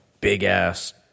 big-ass